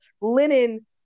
linen